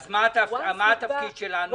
אז מה התפקיד שלנו?